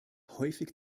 häufig